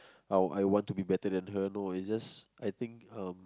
I I want to be better than her no it's just I think um